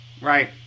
right